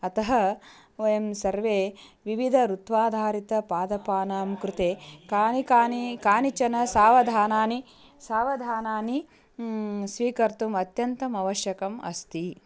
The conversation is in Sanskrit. अतः वयं सर्वे विविध ऋत्वाधारितपादपानां कृते कानि कानि कानिचन सावधानानि सावधाननि स्वीकर्तुम् अत्यन्तम् आवश्यकम् अस्ति